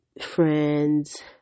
friends